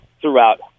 throughout